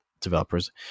developers